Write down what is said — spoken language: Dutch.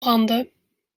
branden